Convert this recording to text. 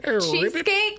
Cheesecake